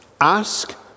ask